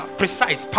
precise